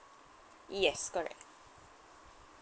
yes correct